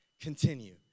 continue